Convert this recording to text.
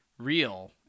real